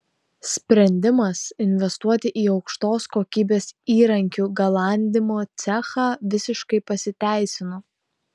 sprendimas investuoti į aukštos kokybės įrankių galandimo cechą visiškai pasiteisino